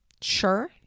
sure